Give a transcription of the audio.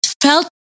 felt